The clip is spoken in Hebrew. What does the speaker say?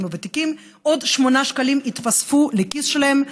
הוותיקים: עוד שמונה שקלים התווספו לכיס שלהם,